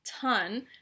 ton